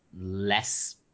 less